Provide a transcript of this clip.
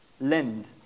Lend